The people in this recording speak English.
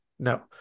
No